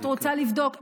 את רוצה לבדוק.